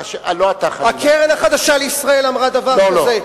הקרן החדשה לישראל אמרה דבר כזה?